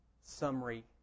summary